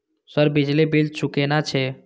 Sir बिजली bill चूकेना छे?